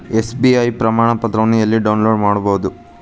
SBI ಪ್ರಮಾಣಪತ್ರವನ್ನ ಎಲ್ಲೆ download ಮಾಡೊದು?